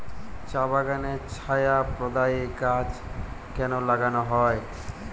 চা বাগানে ছায়া প্রদায়ী গাছ কেন লাগানো হয়?